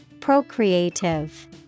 Procreative